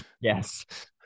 Yes